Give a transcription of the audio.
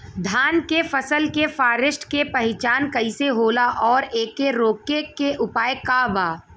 धान के फसल के फारेस्ट के पहचान कइसे होला और एके रोके के उपाय का बा?